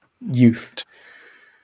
youth